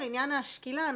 לעניין השקילה,